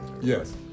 Yes